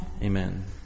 Amen